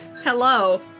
Hello